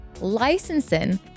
licensing